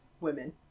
women